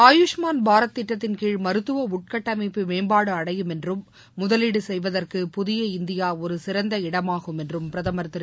ஆயுஷ்மான் பாரத் திட்டத்தின்கீழ் மருத்துவ உள்கட்டமைப்பு மேம்பாடு அடையும் என்றும் முதலீடு செய்வதற்கு புதிய இந்தியா ஒரு சிறந்த இடமாகும் என்றும் பிரதமா் திரு